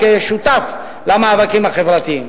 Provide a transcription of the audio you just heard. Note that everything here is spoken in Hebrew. כשותף למאבקים החברתיים.